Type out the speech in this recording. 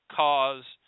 cause